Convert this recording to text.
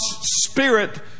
spirit